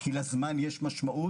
כי לזמן יש משמעות,